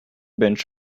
bunch